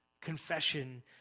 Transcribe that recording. Confession